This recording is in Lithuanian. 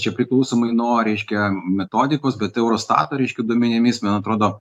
čia priklausomai nuo reiškia metodikos bet eurostato reiškia duomenimis man atrodo